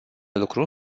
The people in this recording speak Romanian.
lucru